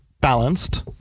balanced